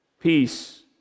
peace